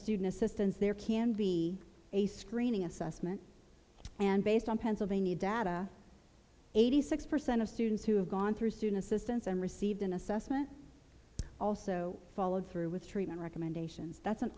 student assistance there can be a screening assessment and based on pennsylvania data eighty six percent of students who have gone through soon assistance and received an assessment also followed through with treatment recommendations that's an